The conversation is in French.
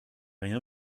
rien